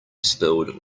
spilled